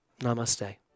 Namaste